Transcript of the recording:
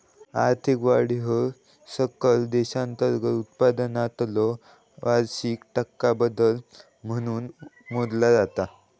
आर्थिक वाढ ह्या सकल देशांतर्गत उत्पादनातलो वार्षिक टक्का बदल म्हणून मोजला जाता